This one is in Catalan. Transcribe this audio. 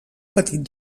petit